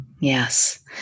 Yes